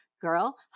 Girl